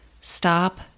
Stop